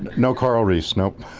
no coral reefs, no,